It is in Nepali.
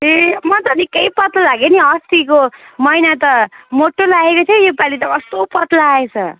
ए म त निक्कै पत्ला लाग्यो नि अस्तिको महिना त मोटो लागेको थियो योपालि त कस्तो पत्ला आएछ